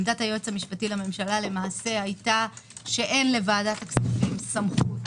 עמדת היועץ המשפטי לממשלה היתה שאין לוועדת הכספים סמכות